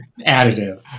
additive